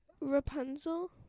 Rapunzel